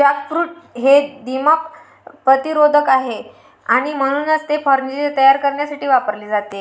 jackfruit हे दीमक प्रतिरोधक आहे आणि म्हणूनच ते फर्निचर तयार करण्यासाठी वापरले जाते